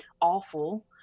awful